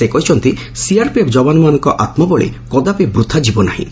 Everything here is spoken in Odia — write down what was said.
ସେ କହିଛନ୍ତି ସିଆର୍ପିଏଫ୍ ଯବାନମାନଙ୍କ ଆତ୍କବଳୀ କଦାପି ବୃଥା ଯିବ ନାହିଁ